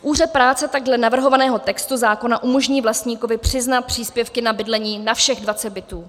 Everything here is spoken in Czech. Úřad práce takhle navrhovaného textu zákona umožní vlastníkovi přiznat příspěvky na bydlení na všech 20 bytů.